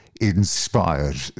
inspired